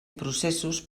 processos